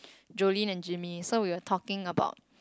Jolene and Jimmy so we were talking about